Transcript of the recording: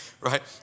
Right